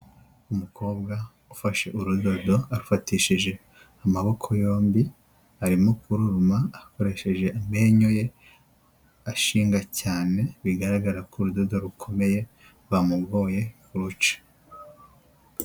umukobwa ufashe urudodo afatishije amaboko yombi arimo kuruma akoresheje amenyo ye ashinga cyane bigaragara ko urudodo rukomeye rwamugoye kuruca